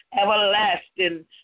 everlasting